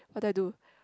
what do I do